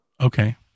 Okay